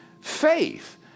faith